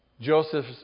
Joseph